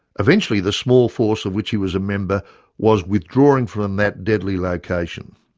eventually the small force of which he was a member was withdrawing from that deadly location.